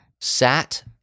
sat